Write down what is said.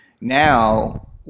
Now